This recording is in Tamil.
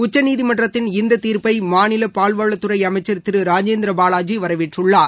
உச்சநீதிமன்றத்தின் இந்த தீர்ப்பை மாநில பால்வளத்துறை அமைச்சர் திரு ராஜேந்திரபாவாஜி வரவேற்றுள்ளார்